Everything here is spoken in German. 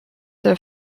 der